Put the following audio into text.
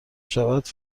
شود